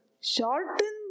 shorten